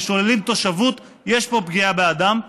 כששוללים תושבות יש פה פגיעה באדם.